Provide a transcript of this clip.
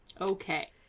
Okay